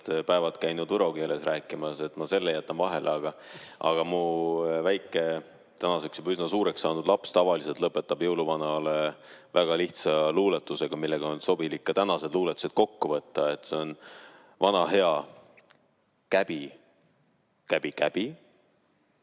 päevad käinud võro keeles rääkimas. Aga praegu jätan ma tema jätan vahele. Aga mu väike, tänaseks juba üsna suureks saanud laps tavaliselt lõpetab jõuluvanale [salmi] väga lihtsa luuletusega, millega on sobilik ka tänased luuletused kokku võtta. See on vana hea "Käbi, käbi, käbi,